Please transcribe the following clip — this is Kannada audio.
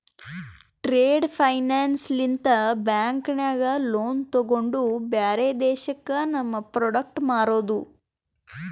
ಟ್ರೇಡ್ ಫೈನಾನ್ಸ್ ಲಿಂತ ಬ್ಯಾಂಕ್ ನಾಗ್ ಲೋನ್ ತೊಗೊಂಡು ಬ್ಯಾರೆ ದೇಶಕ್ಕ ನಮ್ ಪ್ರೋಡಕ್ಟ್ ಮಾರೋದು